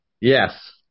Yes